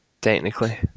Technically